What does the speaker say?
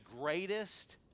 greatest